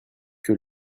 que